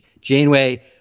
Janeway